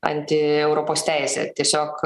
anti europos teisė tiesiog